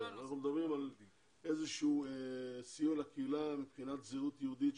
אנחנו מדברים על סיוע לקהילה מבחינת זהות יהודית,